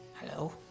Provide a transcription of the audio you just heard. Hello